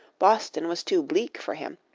boston was too bleak for him,